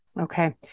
Okay